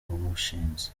wawushinze